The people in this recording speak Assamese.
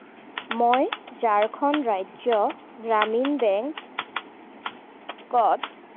মই ঝাৰখণ্ড ৰাজ্য গ্ৰামীণ বেংকত